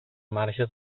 marge